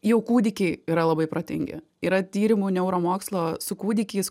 jau kūdikiai yra labai protingi yra tyrimų neuromokslo su kūdikiais